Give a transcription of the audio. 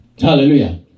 Hallelujah